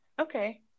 Okay